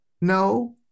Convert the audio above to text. No